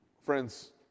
Friends